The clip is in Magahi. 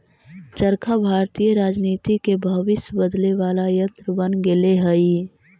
चरखा भारतीय राजनीति के भविष्य बदले वाला यन्त्र बन गेले हई